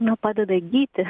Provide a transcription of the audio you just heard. na padeda gyti